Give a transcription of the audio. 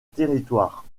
territoire